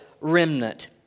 remnant